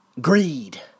Greed